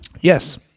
Yes